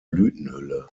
blütenhülle